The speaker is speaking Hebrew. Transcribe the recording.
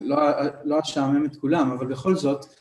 לא אשעמם את כולם אבל בכל זאת